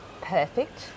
perfect